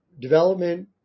development